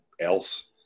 else